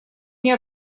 мне